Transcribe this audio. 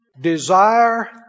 Desire